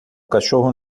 cachorro